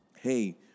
hey